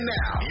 now